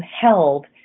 held